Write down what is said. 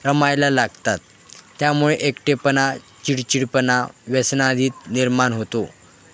रमायला लागतात त्यामुळे एकटेपणा चिडचिडेपणा व्यसनाधीनता निर्माण होतो